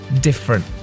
different